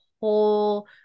whole